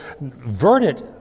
verdict